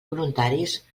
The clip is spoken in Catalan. voluntaris